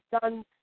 done